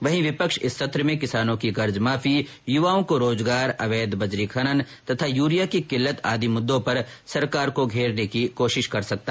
वहीं विपक्ष इस सत्र में किसानों की कर्ज माफी युवाओं को रोजगार अवैध बजरी खनन तथा यूरिया की किल्लत आदि मुद्दों पर कांग्रेस सरकार को घेरने की कोशिश करेगा